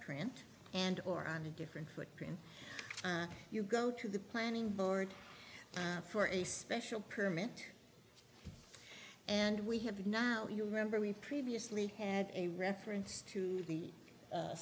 print and or on a different what can you go to the planning board for a special permit and we have now you remember we previously had a reference to the